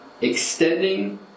extending